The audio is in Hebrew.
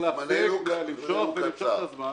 זמננו קצר.